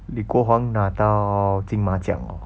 李国煌拿到金马奖 hor